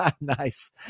Nice